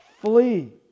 Flee